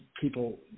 people